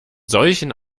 solchen